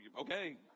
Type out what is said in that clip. Okay